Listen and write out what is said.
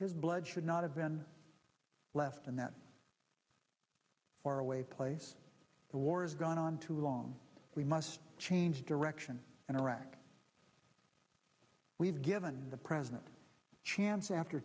his blood should not have been left in that faraway place the war has gone on too long we must change direction in iraq we've given the president chance after